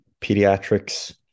pediatrics